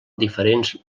diferents